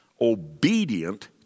obedient